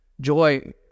Joy